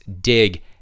dig